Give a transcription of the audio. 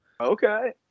okay